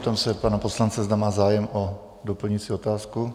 Ptám se pana poslance, zda má zájem o doplňující otázku?